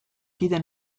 kide